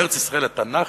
ארץ-ישראל התנ"כית,